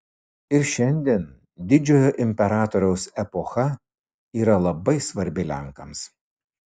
ir šiandien didžiojo imperatoriaus epocha yra labai svarbi lenkams